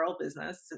business